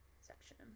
section